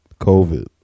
COVID